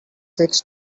fix